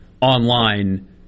online